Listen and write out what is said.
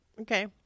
Okay